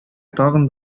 тагын